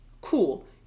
cool